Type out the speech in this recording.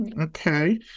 Okay